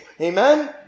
Amen